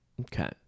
Okay